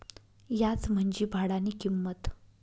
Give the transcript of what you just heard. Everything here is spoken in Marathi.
याज म्हंजी भाडानी किंमत